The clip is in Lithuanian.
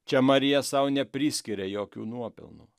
čia marija sau nepriskiria jokių nuopelnų